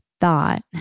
thought